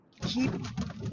keep